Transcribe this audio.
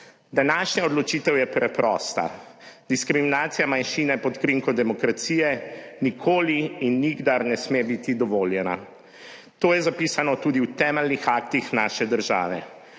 Današnja odločitev je preprosta, diskriminacija manjšine pod krinko demokracije nikoli in nikdar ne sme biti dovoljena. To je zapisano tudi v temeljnih aktih naše države.